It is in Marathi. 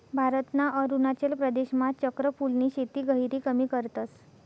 भारतना अरुणाचल प्रदेशमा चक्र फूलनी शेती गहिरी कमी करतस